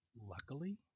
luckily